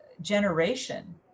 generation